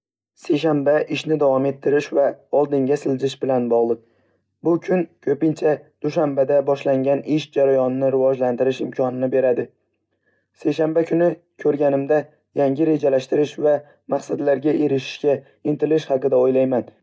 Seshanba ishni davom ettirish va oldinga siljish bilan bog'liq. Bu kun ko'pincha dushanbada boshlangan ish jarayonini rivojlantirish imkoniyatini beradi. Seshanba kuni ko'rganimda, yangi rejalashtirish va maqsadlarga erishishga intilish haqida o'ylayman.